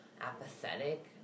apathetic